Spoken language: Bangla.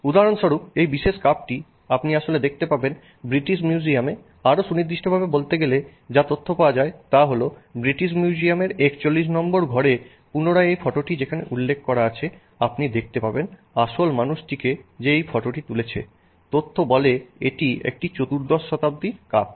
উদাহরণস্বরূপ এই বিশেষ কাপটি আপনি আসলে দেখতে পাবেন ব্রিটিশ মিউজিয়ামে আরো সুনির্দিষ্টভাবে বলতে গেলে যা তথ্য পাওয়া যায় তা হল ব্রিটিশ মিউজিয়ামের 41 নম্বর ঘরে পুনরায় এই ফটোটি যেখানে উল্লেখ করা আছে আপনি দেখতে পাবেন আসল মানুষটিকে যে এই ফটোটি তুলেছে তথ্য বলে এটি একটি চতুর্দশ শতাব্দী কাপ